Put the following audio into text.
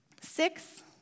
Six